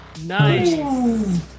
Nice